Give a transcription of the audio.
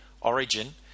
Origin